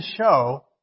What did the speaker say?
show